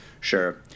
Sure